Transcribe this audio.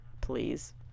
please